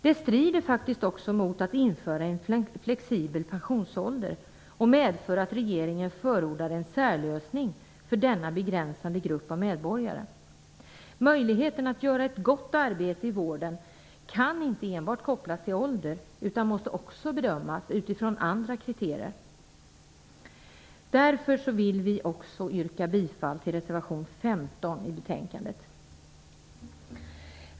Det strider även mot införandet av en flexibel pensionsålder och medför att regeringen förordar en särlösning för denna begränsade grupp av medborgare. Möjligheten att göra ett gott arbete i vården kan inte enbart kopplas till ålder, utan måste också bedömas utifrån andra kriterier. Därför vill vi yrka bifall till reservation 15 i betänkandet.